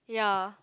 ya